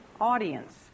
audience